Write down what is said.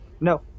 No